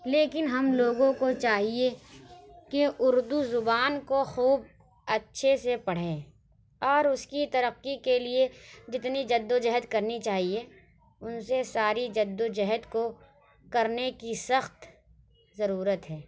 لیکن ہم لوگوں کو چاہیے کہ اُردو زبان کو خوب اچھے سے پڑھیں اور اُس کی ترقی کے لیے جتنی جد وجہد کرنی چاہیے اُن سے ساری جد وجہد کو کرنے کی سخت ضرورت ہے